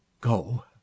Go